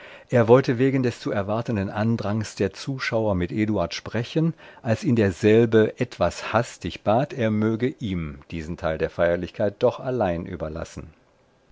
er wollte wegen des zu erwartenden andrangs der zuschauer mit eduard sprechen als ihn derselbe etwas hastig bat er möge ihm diesen teil der feierlichkeit doch allein überlassen